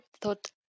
thought